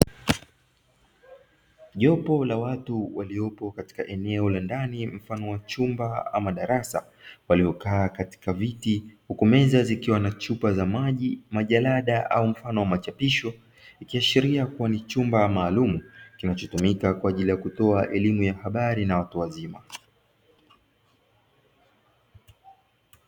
Jopo la watu waliopo katika eneo la ndani mfano wa chumba ama darasa waliokaa katika viti huku meza zikiwa na chupa za maji majalada au machapisho, ikiashiria kuwa ni chumba maalumu kinachotumika kwa ajili ya kutoa elimu ya habari na watu wazima.